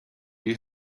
you